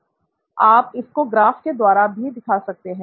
आप इसको ग्राफ के द्वारा भी दिखा सकते हैं